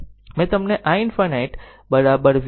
મેં તમને iinfinity VsR કહ્યું